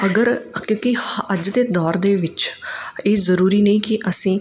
ਅਗਰ ਕਿਉਂਕਿ ਹ ਅੱਜ ਦੇ ਦੌਰ ਦੇ ਵਿੱਚ ਇਹ ਜ਼ਰੂਰੀ ਨਹੀਂ ਕਿ ਅਸੀਂ